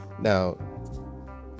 Now